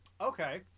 Okay